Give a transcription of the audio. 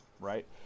right